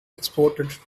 exported